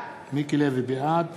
בעד